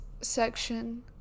section